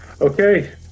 Okay